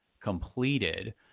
completed